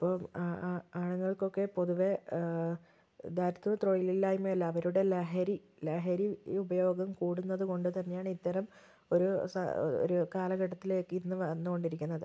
ഇപ്പോൾ ആ ആണുങ്ങള്ക്കൊക്കെ പൊതുവേ ദാരിദ്ര്യവും തൊഴിലില്ലായ്മയും അല്ല അവരുടെ ലഹരി ലഹരി ഉപയോഗം കൂടുന്നത് കൊണ്ടുതന്നെയാണ് ഇത്തരം ഒരു സ ഒരു കാലഘട്ടത്തിലേക്ക് ഇന്ന് വന്നുകൊണ്ടിരിക്കുന്നത്